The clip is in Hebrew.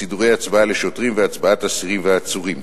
סידורי הצבעה לשוטרים והצבעת אסירים ועצורים.